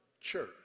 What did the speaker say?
church